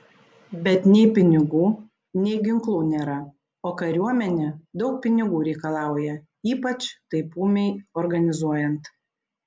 bet nei pinigų nei ginklų nėra o kariuomenė daug pinigų reikalauja ypač taip ūmiai organizuojant